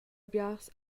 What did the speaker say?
biars